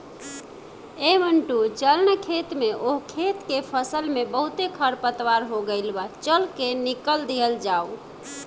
ऐ मंटू चल ना खेत में ओह खेत के फसल में बहुते खरपतवार हो गइल बा, चल के निकल दिहल जाव